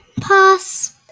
pass